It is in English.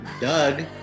doug